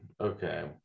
Okay